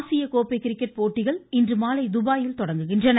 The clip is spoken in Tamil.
ஆசிய கோப்பை கிரிக்கெட் போட்டிகள் இன்று மாலை துபாயில் தொடங்குகின்றன